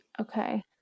Okay